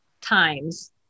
times